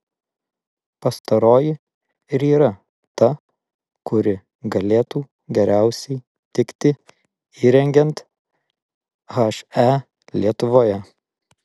pastaroji ir yra ta kuri galėtų geriausiai tikti įrengiant he lietuvoje